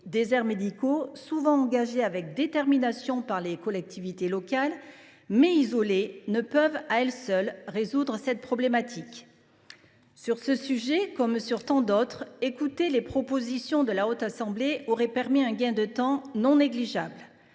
les déserts médicaux, souvent engagées avec détermination par les collectivités locales, mais isolées, ne peuvent à elles seules résoudre cette problématique. Sur ce sujet comme sur tant d’autres, écouter les propositions de la Haute Assemblée aurait permis un gain de temps non négligeable.